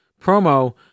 promo